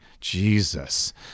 Jesus